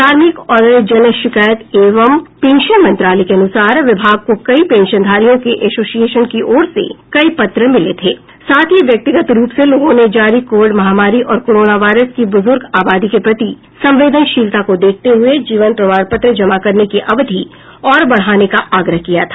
कार्मिक और जनशिकायत एवं पेंशन मंत्रालय के अनुसार विभाग को कई पेंशनधारियों के एसोशिएशन की ओर से कई पत्र मिले थे साथ ही व्यक्तिगत रूप से लोगों ने जारी कोविड महामारी और कोरोना वायरस की बुज़र्ग आबादी के प्रति संवेदनशीलता को देखते हुए जीवन प्रमाणपत्र जमा करने की अवधि और बढ़ाने का आग्रह किया था